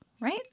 right